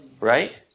Right